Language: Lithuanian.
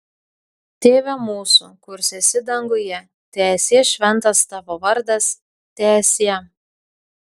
tėve mūsų kurs esi danguje teesie šventas tavo vardas teesie